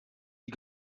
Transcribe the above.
die